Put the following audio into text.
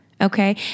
Okay